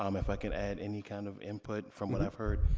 um if i can add any kind of input from what i've heard,